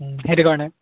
সেইটো কাৰণে